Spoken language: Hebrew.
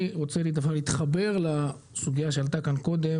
אני רוצה להתחבר לסוגייה שעלתה כאן קודם